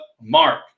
mark